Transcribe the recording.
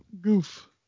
Goof